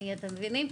אתם מבינים?